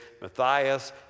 Matthias